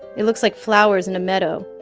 it looks like flowers in a meadow.